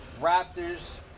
Raptors